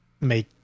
make